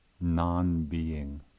non-being